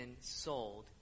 sold